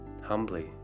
humbly